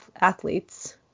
athletes